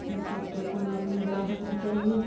ईसबके कोनो निर्णय होना चाहिए